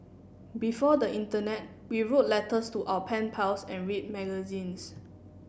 before the internet we wrote letters to our pen pals and read magazines